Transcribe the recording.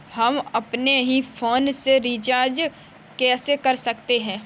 हम अपने ही फोन से रिचार्ज कैसे कर सकते हैं?